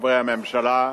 חברי הממשלה,